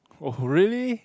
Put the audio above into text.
oh really